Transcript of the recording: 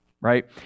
Right